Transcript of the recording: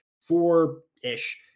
four-ish